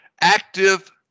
active